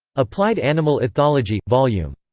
applied animal ethology, vol. yeah um